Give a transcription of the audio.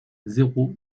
zéro